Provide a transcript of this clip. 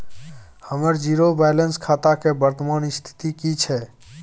हमर zero balance खाता के वर्तमान स्थिति की छै?